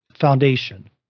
foundation